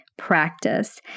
practice